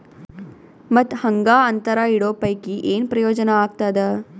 ಮತ್ತ್ ಹಾಂಗಾ ಅಂತರ ಇಡೋ ಪೈಕಿ, ಏನ್ ಪ್ರಯೋಜನ ಆಗ್ತಾದ?